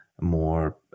more